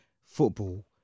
football